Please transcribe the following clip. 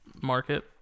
market